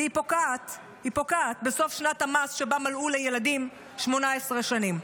והיא פוקעת בסוף שנת המס שבה מלאו לילדים 18 שנים.